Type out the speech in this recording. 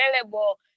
available